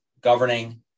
governing